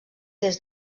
des